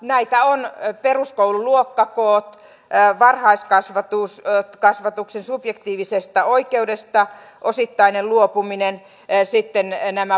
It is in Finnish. näitä ovat peruskoulun luokkakoot osittainen luopuminen varhaiskasvatuksen subjektiivisesta oikeudesta sitten nämä palvelumaksujen korotukset